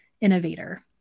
innovator